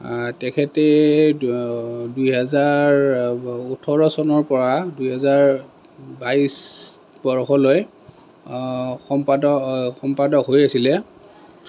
তেখেতে দুহেজাৰ ওঠৰ চনৰ পৰা দুহেজাৰ বাইশ বৰ্ষলৈ সম্পাদক সম্পাদক হৈ আছিলে